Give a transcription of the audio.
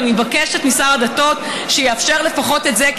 ואני מבקשת משר הדתות שיאפשר לפחות את זה,